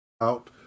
out